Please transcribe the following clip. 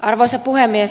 arvoisa puhemies